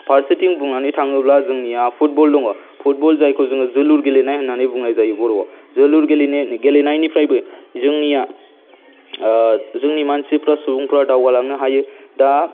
फारसेथिं बुंनानै थाङोब्ला जोंनिया फुटबल दङ फुटबल जायखौ जोङो जोलुर गेलेनाय होननानै बुंनाय जायो बर'आव जोलुर गेलेनायनिफ्रायबो जोंनिया जोंनि मानसिफोरा सुबुंफ्रा दावगालांनो हायो दा